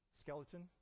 skeleton